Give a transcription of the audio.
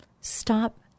stop